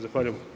Zahvaljujem.